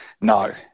No